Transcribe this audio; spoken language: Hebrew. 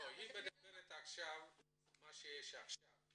היא מדברת על מה שיש עכשיו.